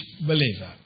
believer